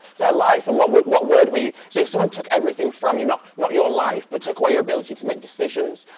their life, and what what what word we so if someone took everything from you, not not your life, but took away your ability to make decisions,